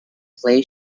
play